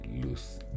lose